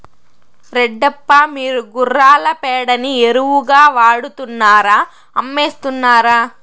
రెడ్డప్ప, మీరు గుర్రాల పేడని ఎరువుగా వాడుతున్నారా అమ్మేస్తున్నారా